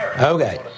Okay